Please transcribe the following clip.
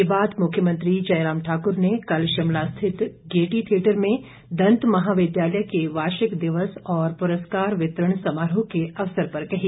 यह बात मुख्यमंत्री जयराम ठाक्र ने कल शिमला स्थित गेयटी थियेटर में दंत महाविद्यालय के वार्षिक दिवस और पुरस्कार वितरण समारोह के अवसर पर कही